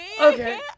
okay